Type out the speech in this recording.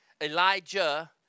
Elijah